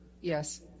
Yes